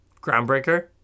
Groundbreaker